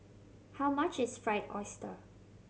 how much is Fried Oyster